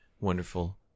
wonderful